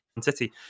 City